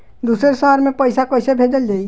दूसरे शहर में पइसा कईसे भेजल जयी?